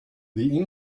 the